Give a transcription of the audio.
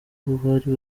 bari